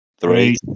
Three